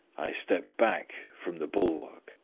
i stepped back from the bulwark,